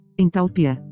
entalpia